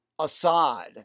Assad